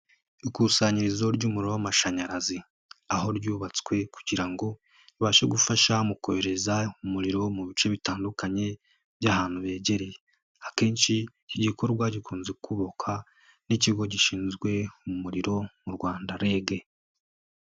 Ikusanyirizo ry'umuriro w'amashanyarazi. Aho ryubatswe kugira ngo ribashe gufasha mu kohereza umuriro mu bice bitandukanye by'ahantu hegereye. Akenshi iki gikorwa gikunze kubakwa n'ikigo gishinzwe umuriro mu Rwanda REG.